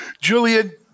Julian